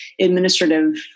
administrative